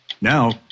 Now